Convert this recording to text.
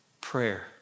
Prayer